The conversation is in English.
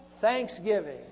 thanksgiving